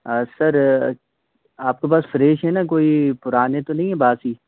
sir आपके पास fresh है ना कोई पुराने तो नहीं है ना बासी